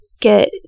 get